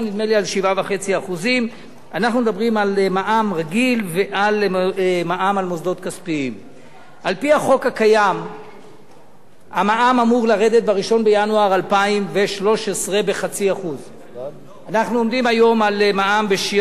על 7.5%. אנחנו מדברים על מע"מ רגיל ועל מע"מ על מוסדות כספיים.